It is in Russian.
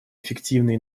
эффективные